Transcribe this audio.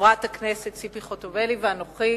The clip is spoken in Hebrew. חברת הכנסת ציפי חוטובלי ואנוכי,